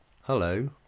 Hello